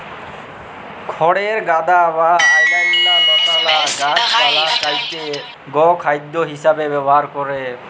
খড়ের গাদা বা অইল্যাল্য লতালা গাহাচপালহা কাইটে গখাইদ্য হিঁসাবে ব্যাভার ক্যরে